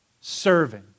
Serving